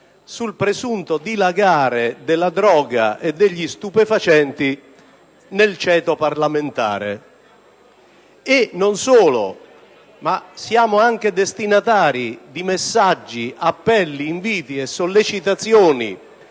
al presunto dilagare della droga e degli stupefacenti nel ceto parlamentare. Inoltre, siamo anche destinatari, per un verso, di messaggi, appelli, inviti e sollecitazioni